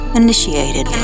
initiated